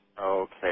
Okay